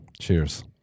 Cheers